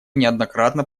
неоднократно